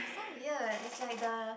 oh ya is like the